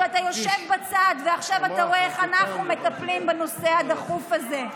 שאתה יושב בצד ועכשיו אתה רואה איך אנחנו מטפלים בנושא הדחוף הזה.